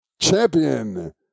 champion